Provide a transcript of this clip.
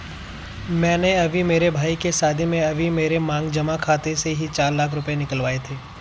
मैंने अभी मेरे भाई के शादी में अभी मेरे मांग जमा खाते से ही चार लाख रुपए निकलवाए थे